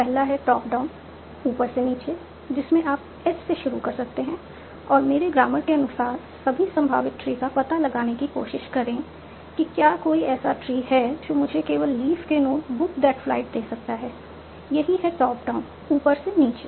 पहला है top down ऊपर से नीचे जिसमें आप एस से शुरू कर सकते हैं और मेरे ग्रामर के अनुसार सभी संभावित ट्री का पता लगाने की कोशिश करें कि क्या कोई ऐसा ट्री है जो मुझे केवल लीफ के नोड्स बुक दैट फ्लाइट दे सकता है यही है टॉप डाउन ऊपर से नीचे